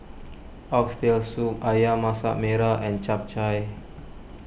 Oxtail Soup Ayam Masak Merah and Chap Chai